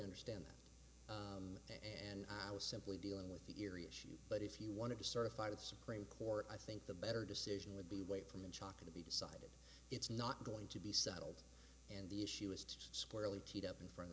understand that and i was simply dealing with the area sure but if you wanted to certify the supreme court i think the better decision would be wait for me chocking to be decided it's not going to be settled and the issue is just squarely teed up in front of